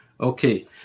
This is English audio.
Okay